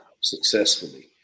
successfully